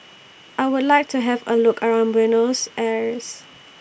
I Would like to Have A Look around Buenos Aires